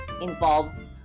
involves